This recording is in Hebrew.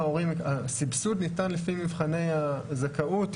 הסבסוד ניתן לפי מבחני הזכאות.